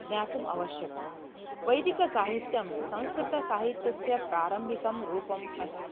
ज्ञातुम् आवश्यकं वैदिकसाहित्यं संस्कृतसाहित्यस्य प्रारम्भिकं रूपम् अस्ति